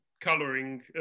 colouring